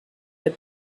the